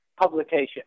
publication